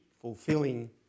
fulfilling